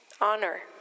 honor